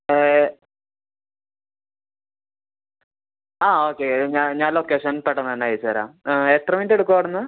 ആ ഓക്കെ ഞാൻ ഞാൻ ലൊക്കേഷൻ പെട്ടന്ന് തന്നെ അയച്ചരാം എത്ര മിനിറ്റെടുക്കും അവിടുന്ന്